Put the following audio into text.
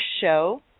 show